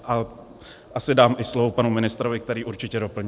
A asi dám i slovo panu ministrovi, který určitě doplní.